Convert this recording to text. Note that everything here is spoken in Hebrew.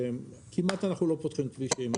כמעט אנחנו לא פותחים כבישים.